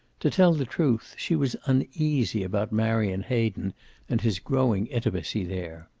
to tell the truth, she was uneasy about marion hayden and his growing intimacy there.